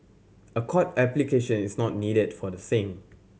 a court application is not needed for the same